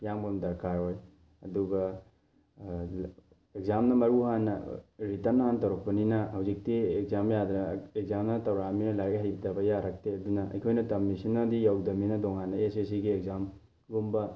ꯌꯥꯡꯕ ꯑꯃ ꯗꯔꯀꯥꯔ ꯑꯣꯏ ꯑꯗꯨꯒ ꯑꯦꯛꯖꯥꯝꯅ ꯃꯔꯨ ꯍꯥꯟꯅ ꯔꯤꯇꯟ ꯍꯥꯟꯅ ꯇꯧꯔꯛꯄꯅꯤꯅ ꯍꯧꯖꯤꯛꯇꯤ ꯑꯦꯛꯖꯥꯝ ꯌꯥꯗ꯭ꯔꯥ ꯑꯦꯛꯖꯥꯝꯅ ꯇꯧꯔꯛꯑꯕꯅꯤꯅ ꯂꯥꯏꯔꯤꯛ ꯍꯩꯇꯕ ꯌꯥꯔꯛꯇꯦ ꯑꯗꯨꯅ ꯑꯩꯈꯣꯏꯅ ꯇꯝꯃꯤꯁꯤꯅꯗꯤ ꯌꯧꯗꯕꯅꯤꯅ ꯇꯣꯉꯥꯟꯅ ꯑꯦꯁ ꯑꯦꯁ ꯁꯤꯒꯤ ꯑꯦꯛꯖꯥꯝꯒꯨꯝꯕ